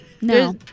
No